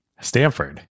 Stanford